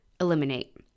eliminate